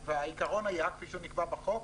העיקרון היה, כמו שנקבע בחוק